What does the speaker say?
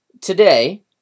Today